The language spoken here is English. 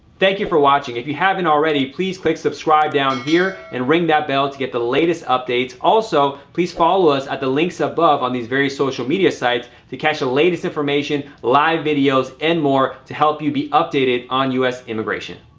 thank you for watching. if you haven't already, please click subscribe down here and ring that bell to get the latest updates. also, please follow us at the links above on these various social media sites to catch the latest information, live videos and more to help you be updated on u s. immigration